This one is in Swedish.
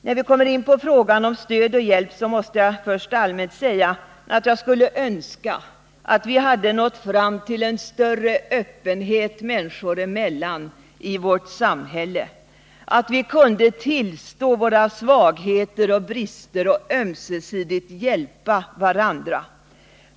När vi kommer in på frågan om stöd och hjälp måste jag först allmänt säga att jag skulle önska att vi hade nått fram till en större öppenhet människor emellan i vårt samhälle, att vi kunde tillstå våra svagheter och brister och ömsesidigt hjälpa varandra.